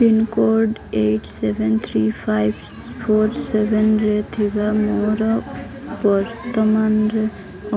pincode eight seven three five four ସେଭେନ୍ରେ ଥିବା ମୋର ବର୍ତ୍ତମାନର